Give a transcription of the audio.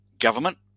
government